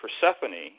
Persephone